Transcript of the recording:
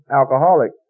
alcoholic